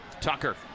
Tucker